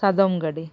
ᱥᱟᱫᱚᱢ ᱜᱟᱹᱰᱤ